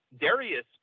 Darius